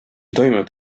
toimunud